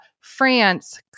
France